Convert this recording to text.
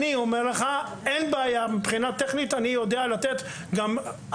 אני אומר לך שאין בעיה ומבחינה טכנית אני יודע לתת עכשיו,